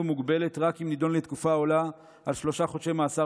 מוגבלת רק אם נידון לתקופה העולה על שלושה חודשי מאסר